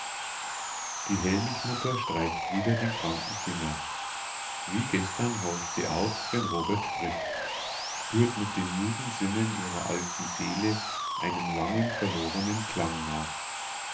die hellmichmutter streicht wieder den kranken finger wie gestern horcht sie auf wenn robert spricht spürt mit den müden sinnen ihrer alten seele einem lange verlorenen klang nach